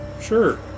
Sure